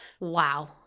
Wow